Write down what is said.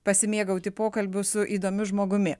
pasimėgauti pokalbiu su įdomiu žmogumi